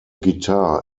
guitar